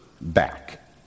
back